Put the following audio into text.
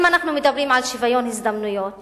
אם אנחנו מדברים על שוויון הזדמנויות